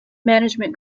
management